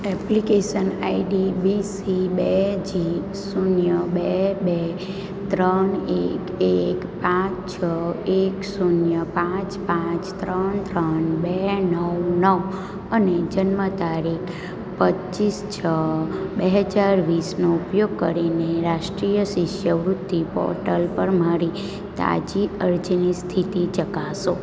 application ID V C બે G શૂન્ય બે બે ત્રણ એક એક પાંચ છ એક શૂન્ય પાંચ પાંચ ત્રણ ત્રણ બે નવ નવ અને જન્મ તારીખ પચીસ છ બે હજાર વીસનો ઉપયોગ કરીને રાષ્ટ્રીય શિષ્યવૃતિ પોર્ટલ મારી તાજી અરજીની સ્થિતિ ચકાસો